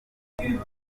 kabalisa